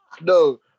No